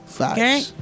Okay